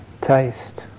taste